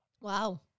wow